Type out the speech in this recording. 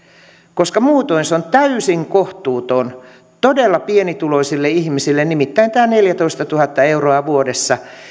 koska muutoin se on täysin kohtuuton todella pienituloisille ihmisille nimittäin eipä tämä neljätoistatuhatta euroa vuodessa